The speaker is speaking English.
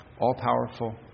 all-powerful